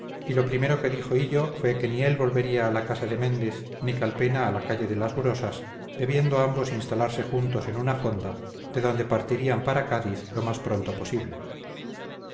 y lo primero que dijo hillo fue que ni él volvería a la casa de méndez ni calpena a la calle de las urosas debiendo ambos instalarse juntos en una fonda de donde partirían para cádiz lo más pronto posible